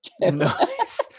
Nice